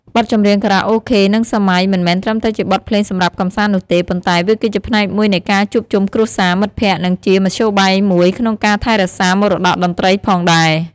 បទចម្រៀងខារ៉ាអូខេ និងសម័យមិនមែនត្រឹមតែជាបទភ្លេងសម្រាប់កម្សាន្តនោះទេ ប៉ុន្តែវាគឺជាផ្នែកមួយនៃ ការជួបជុំគ្រួសារ មិត្តភ័ក្តិ និងជាមធ្យោបាយមួយក្នុងការថែរក្សាមរតកតន្ត្រីផងដែរ។